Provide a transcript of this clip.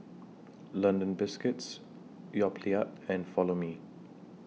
London Biscuits Yoplait and Follow Me